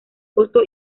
costo